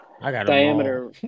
diameter